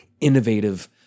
innovative